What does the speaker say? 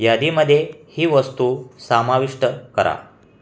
यादीमध्ये ही वस्तू समाविष्ट करा